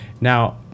Now